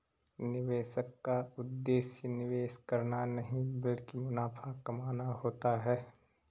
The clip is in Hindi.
निवेशक का उद्देश्य निवेश करना नहीं ब्लकि मुनाफा कमाना होता है